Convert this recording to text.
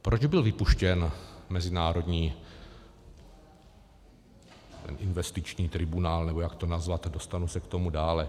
Proč byl vypuštěn mezinárodní investiční tribunál, nebo jak to nazvat, dostanu se k tomu dále.